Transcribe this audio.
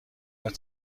است